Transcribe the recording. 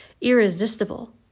irresistible